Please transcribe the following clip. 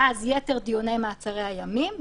אז יתר דיוני מעצרי הימים,